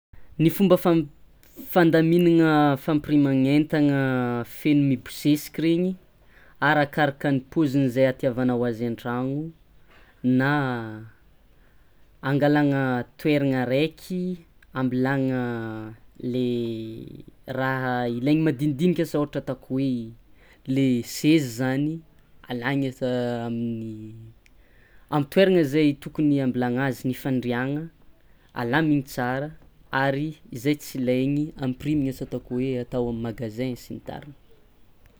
Ny fomba fa- fandamignana fampiriman'entagna feno mibosesiky regny arakaraka ny paoziny zay itiavanao azy antragno na angalana toerana raiky ambilana le raha ilaigny madinidiniky asa ohatra hoe le sezy zany alaigny asa amin'ny amy toeragna zay tokony ambilana azy ny fandriagna alaminy tsara ary zay tsy ilaigny ampirimina asa ataoko hoe atao amy magasin sy ny tariny.